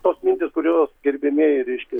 tos mintys kurios gerbiamieji reiškia